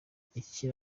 iki